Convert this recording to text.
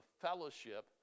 fellowship